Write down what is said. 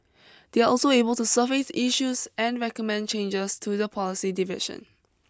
they are also able to surface issues and recommend changes to the policy division